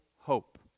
hope